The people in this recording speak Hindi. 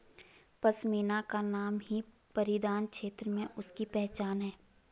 पशमीना का नाम ही परिधान क्षेत्र में उसकी पहचान है